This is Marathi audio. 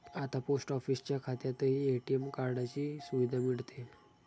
आता पोस्ट ऑफिसच्या खात्यातही ए.टी.एम कार्डाची सुविधा मिळते